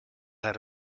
had